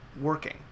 working